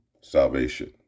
salvation